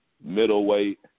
middleweight